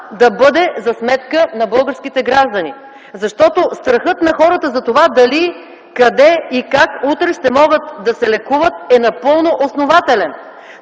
да бъде за сметка на българските граждани, защото страхът на хората за това дали, къде и как утре ще могат да се лекуват е напълно основателен.